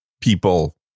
people